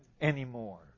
anymore